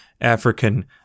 African